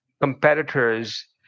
competitors